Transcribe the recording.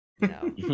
No